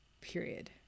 period